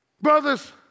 Brothers